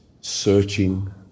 searching